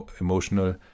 emotional